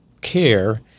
care